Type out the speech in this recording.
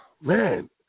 man